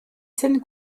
scènes